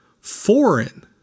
foreign